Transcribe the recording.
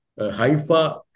Haifa